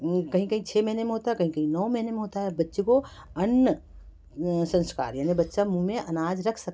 कहीं कहीं छ महीने में होता है कहीं कहीं नौ महीने में होता है बच्चे को अन्न संस्कार यानी बच्चा मुंह में अनाज रख सकता है